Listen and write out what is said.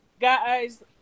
Guys